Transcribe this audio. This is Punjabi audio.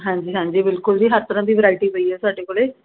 ਹਾਂਜੀ ਹਾਂਜੀ ਬਿਲਕੁਲ ਜੀ ਹਰ ਤਰ੍ਹਾਂ ਦੀ ਵਰਾਇਟੀ ਪਈ ਹੈ ਸਾਡੇ ਕੋਲ